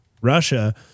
Russia